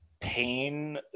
pain